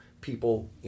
People